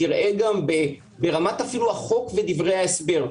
תראה גם ברמה אפילו החוק ודברי ההסבר.